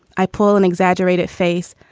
i pull an exaggerated face,